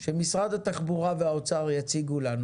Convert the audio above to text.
שמשרד התחבורה והאוצר יציגו לנו